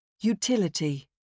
Utility